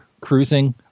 Cruising